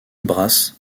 brasse